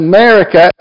America